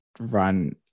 run